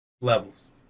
levels